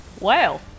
Wow